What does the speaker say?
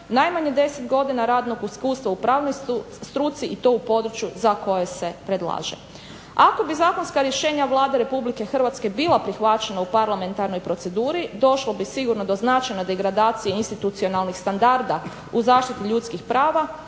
Najmanje deset godina radnog iskustva u pravnoj struci i to u području za koje se predlaže. Ako bi zakonska rješenja Vlade Republike Hrvatske bila prihvaćena u parlamentarnoj proceduri došlo bi sigurno do značajne degradacije institucionalnih standarda u zaštiti ljudskih prava,